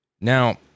Now